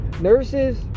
Nurses